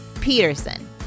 Peterson